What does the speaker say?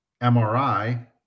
MRI